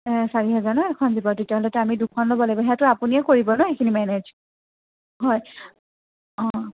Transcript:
চাৰি হাজাৰ ন' এখন জীপত তেতিয়াহ'লেতো আমি দুখন ল'ব লাগিব সেয়াতো আপুনিয়ে কৰিব ন' সেইখিনি মেনেজ হয় অঁ